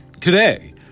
Today